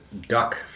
duck